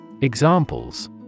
Examples